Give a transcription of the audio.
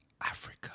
Africa